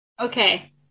Okay